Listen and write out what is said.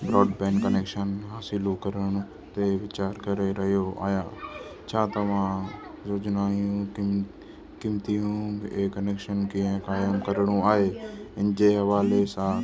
broadband connection हासिलु करण ते वीचारु करे रहियो आहियां छा तव्हां योजनाऊं कीम क़ीमतुनि ऐं कनेक्शन कीअं क़ाइमु करणु आहे इन जे हवाले सां